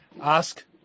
Ask